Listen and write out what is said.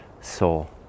soul